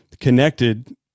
connected